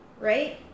right